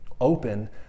open